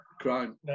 crime